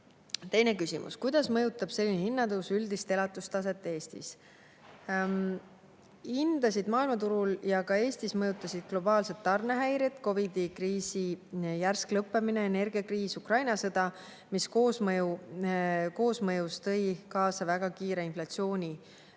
Teine küsimus: "Kuidas mõjutab selline hinnatõus üldist elatustaset Eestis?" Hindasid maailmaturul ja ka Eestis mõjutasid globaalsed tarnehäired, COVID‑i kriisi järsk lõppemine, energiakriis ja Ukraina sõda, mis koosmõjus tõid kaasa väga kiire inflatsiooni